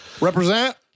Represent